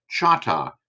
chata